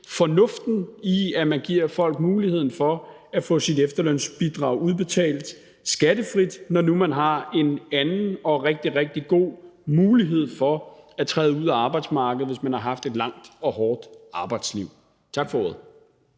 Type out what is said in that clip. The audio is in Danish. fornuften i at give folk muligheden for at få deres efterlønsbidrag udbetalt skattefrit, når nu man har en anden og rigtig, rigtig god mulighed for at træde ud af arbejdsmarkedet, hvis man har haft et langt og hårdt arbejdsliv. Tak for ordet.